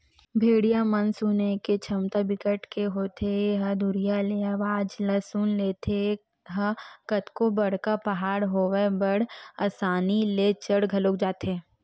भेड़िया म सुने के छमता बिकट के होथे ए ह दुरिहा ले अवाज ल सुन लेथे, ए ह कतको बड़का पहाड़ होवय बड़ असानी ले चढ़ घलोक जाथे